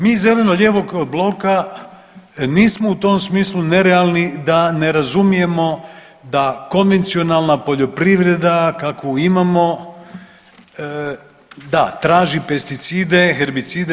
Mi iz zeleno-lijevog bloka nismo u tom smislu nerealni da ne razumijemo da konvencionalna poljoprivrede kakvu imamo da traži pesticide, herbicide.